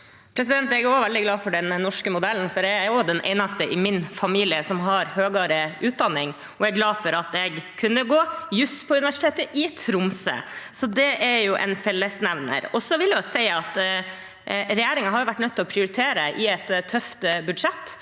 Jeg er også veldig glad for den norske modellen. Jeg er også den eneste i min familie som har høyere utdanning, og jeg er glad for at jeg kunne gå på juss på universitetet i Tromsø. Det er en fellesnevner. Så vil jeg si at regjeringen har vært nødt til å prioritere i et tøft budsjett.